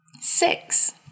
Six